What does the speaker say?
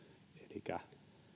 elikkä